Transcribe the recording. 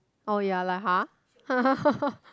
oh ya lah !huh!